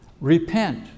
Repent